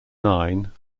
nine